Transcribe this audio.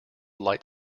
light